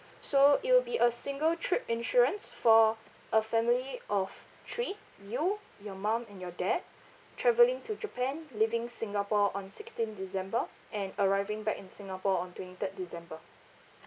so it will be a single trip insurance for a family of three you your mum and your dad travelling to japan leaving singapore on sixteenth december and arriving back in singapore on twenty third december